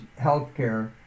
Healthcare